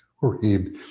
read